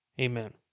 Amen